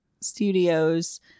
studios